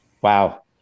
wow